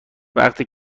وقتی